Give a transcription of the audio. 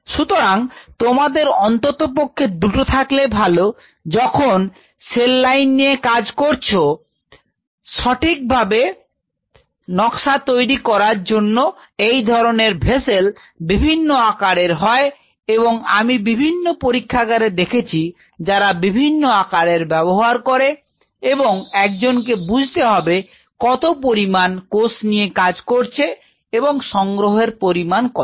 সুতরাং তোমাদের অন্ততপক্ষে দুটো থাকলে ভাল যখন সে লাইন নিয়ে কাজ করছ এবং সঠিকভাবে নকশা তৈরি করার জন্য এই ধরনের ভেসেল বিভিন্ন আকারের হয় এবং আমি বিভিন্ন পরীক্ষাগার দেখেছি যারা বিভিন্ন আকারের ব্যবহার করে এবং একজনকে বুঝতে হবে কত পরিমান কোষ নিয়ে কাজ করছে এবং সংগ্রহের পরিমাণ কত